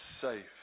safe